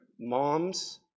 moms